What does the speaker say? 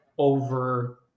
Over